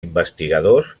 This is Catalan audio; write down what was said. investigadors